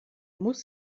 muss